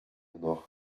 noch